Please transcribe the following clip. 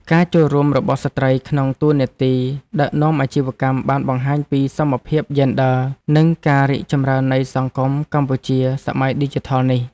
ការចូលរួមរបស់ស្ត្រីក្នុងតួនាទីដឹកនាំអាជីវកម្មបានបង្ហាញពីសមភាពយេនឌ័រ និងការរីកចម្រើននៃសង្គមកម្ពុជាសម័យឌីជីថលនេះ។